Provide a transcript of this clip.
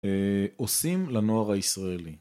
עושים לנוער הישראלי